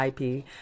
ip